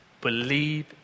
believe